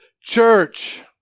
church